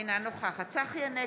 אינה נוכחת צחי הנגבי,